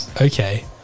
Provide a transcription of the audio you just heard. okay